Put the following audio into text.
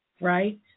right